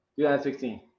2016